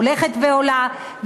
הולכת ועולה,